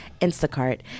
Instacart